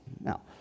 Now